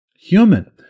human